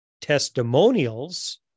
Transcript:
testimonials